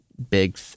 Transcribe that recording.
Big